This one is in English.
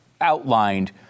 outlined